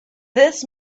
this